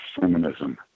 feminism